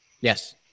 Yes